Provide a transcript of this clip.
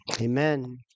Amen